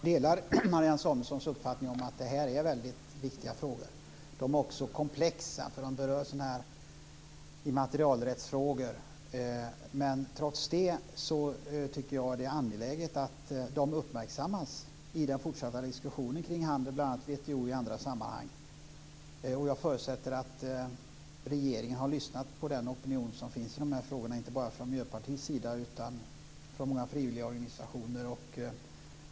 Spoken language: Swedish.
Herr talman! Jag delar Marianne Samuelssons uppfattning om att det här är väldigt viktiga frågor. De är också komplexa, för de berör sådana här immaterialrättsfrågor. Trots det tycker jag att det är angeläget att de uppmärksammas i den fortsatta diskussionen kring handeln i WTO och andra sammanhang. Jag förutsätter att regeringen har lyssnat på den opinion som finns i de här frågorna inte bara från Miljöpartiets sida utan också från många frivilligorganisationer.